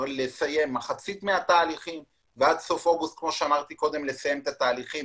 לסיים מחצית מהתהליכים ועד סוף אוגוסט לסיים את התהליכים.